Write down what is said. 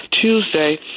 Tuesday